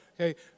Okay